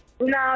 No